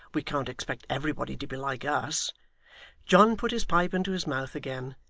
we can't expect everybody to be like us john put his pipe into his mouth again,